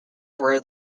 were